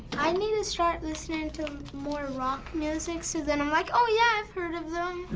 i need to start listening to more rock music so then i'm, like, oh yeah, i've heard of them!